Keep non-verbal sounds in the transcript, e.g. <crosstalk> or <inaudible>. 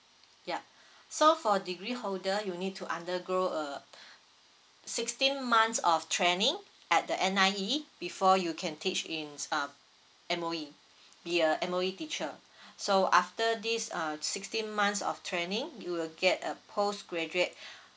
yup so for degree holder you need to undergo uh sixteen months of training at the N_I_E before you can teach in um M_O_E be a M_O_E teacher so after this uh sixteen months of training you will get a post graduate <breath>